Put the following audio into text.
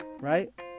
Right